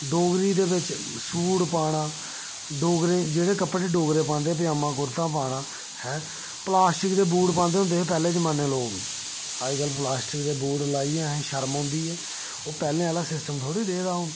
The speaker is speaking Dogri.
डोगरी दे बिच्च सूट पाना डोगरे जेह्ड़े कपड़े डोगरे पांदे पंजामा कुरता पाना प्लास्टक दे बूट पांदे होंदे हे पैह्ले जमाने दे लोक अज्जकल प्लास्टक दे बूट लाइयै असें गी शर्म औंदी ऐ ओह् पैह्ले आह्ला सिस्टम थ्होड़ा रेह् दा हून